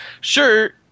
Sure